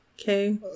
okay